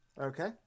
okay